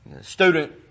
student